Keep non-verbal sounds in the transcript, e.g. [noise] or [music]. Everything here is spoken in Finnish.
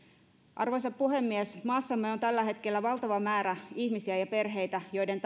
arvoisa puhemies maassamme on tällä hetkellä valtava määrä ihmisiä ja perheitä joiden [unintelligible]